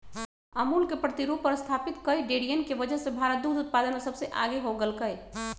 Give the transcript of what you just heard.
अमूल के प्रतिरूप पर स्तापित कई डेरियन के वजह से भारत दुग्ध उत्पादन में सबसे आगे हो गयलय